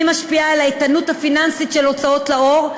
היא משפיעה על האיתנות הפיננסית של הוצאות לאור,